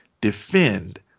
defend